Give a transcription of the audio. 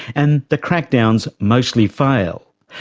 and the crackdowns mostly fail.